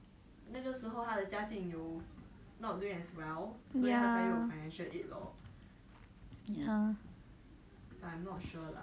I think he can get the aid now because it's by family income mah then now only his dad working so probably they will still give him the financial aid